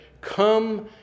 come